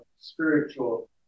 spiritual